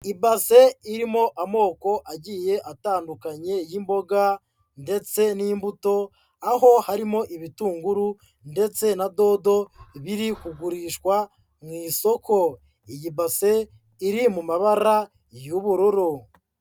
Ibase irimo amoko agiye atandukanye y'imboga ndetse n'imbuto, aho harimo ibitunguru ndetse na dodo biri kugurishwa mu isoko. Iyi base, iri mu mabara y'ubururu.